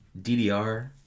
DDR